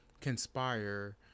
conspire